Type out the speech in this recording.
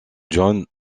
john